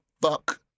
Fuck